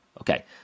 Okay